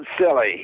silly